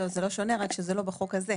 לא, זה לא שונה, רק שזה לא בחוק הזה.